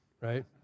right